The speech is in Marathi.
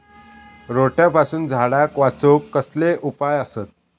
रोट्यापासून झाडाक वाचौक कसले उपाय आसत?